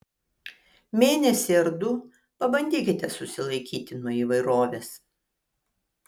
mėnesį ar du pabandykite susilaikyti nuo įvairovės